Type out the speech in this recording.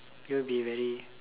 it will be very